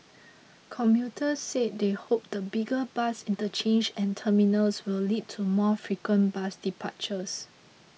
commuters said they hoped the bigger interchange and terminals will lead to more frequent bus departures